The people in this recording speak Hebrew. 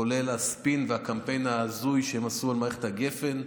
כולל הספין והקמפיין ההזוי שהם עשו על מערכת גפ"ן,